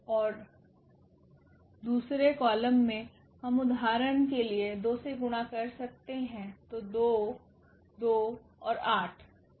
और दूसरे कॉलम में हम उदाहरण के लिए 2 से गुणा कर सकते हैं तो 2 2 और 8